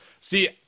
see